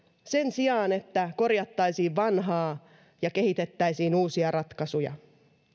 sen sijaan että korjattaisiin vanhaa ja kehitettäisiin uusia ratkaisuja